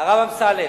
הרב אמסלם,